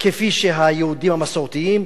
כפי שהיהודים המסורתיים,